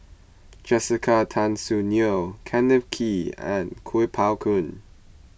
Jessica Tan Soon Neo Kenneth Kee and Kuo Pao Kun